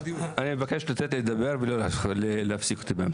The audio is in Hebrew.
אני מבקש לתת לי לדבר ולא להפסיק אותי באמצע,